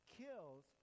kills